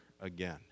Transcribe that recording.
again